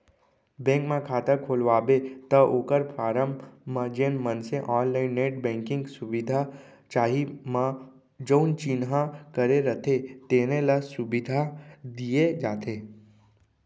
bank म खाता खोलवाबे त ओकर फारम म जेन मनसे ऑनलाईन नेट बेंकिंग सुबिधा चाही म जउन चिन्हा करे रथें तेने ल सुबिधा दिये जाथे